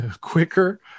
quicker